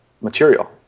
material